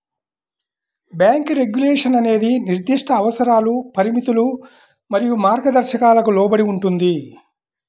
bank regulation అనేది నిర్దిష్ట అవసరాలు, పరిమితులు మరియు మార్గదర్శకాలకు లోబడి ఉంటుంది,